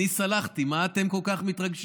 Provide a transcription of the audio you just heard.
אני סלחתי, מה אתם כל כך מתרגשים?